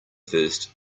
first